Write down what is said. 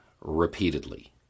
repeatedly